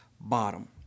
bottom